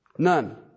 None